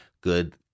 good